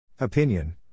Opinion